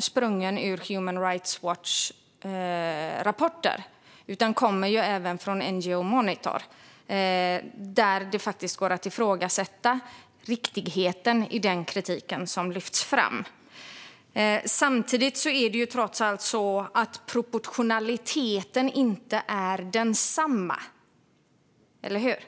sprungen ur Human Rights Watchs rapporter. Den kommer även från NGO Monitor. Där går det faktiskt att ifrågasätta riktigheten i kritiken. Samtidigt är proportionaliteten trots allt inte densamma, eller hur?